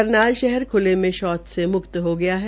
करनाल शहर खूले में शौच से मुक्त हो गया है